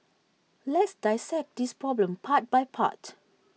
let's dissect this problem part by part